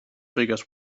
figures